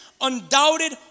undoubted